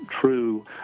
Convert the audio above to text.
true